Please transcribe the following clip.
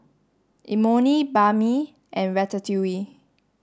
Imoni Banh Mi and Ratatouille